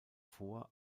vor